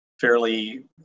fairly